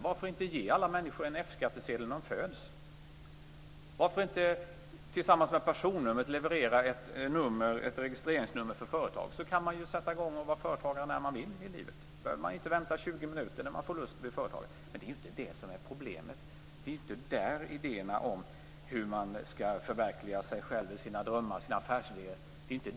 Varför inte ge alla människor en F-skattsedel när de föds? Varför inte tillsammans med personnumret leverera ett registreringsnummer för företag? Då kan man sätta i gång och bli företagare när man vill i livet och behöver inte vänta i 20 minuter när man får lust att starta ett företag. Det är ju inte detta som är problemet. Det är inte där som hindret finns när det gäller idéerna om hur man skall förverkliga sig själv, sina drömma och sina affärsidéer.